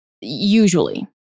Usually